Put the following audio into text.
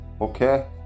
Okay